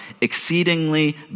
exceedingly